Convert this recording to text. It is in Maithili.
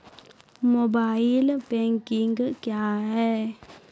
मोबाइल बैंकिंग क्या हैं?